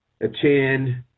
attend